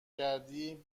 کردی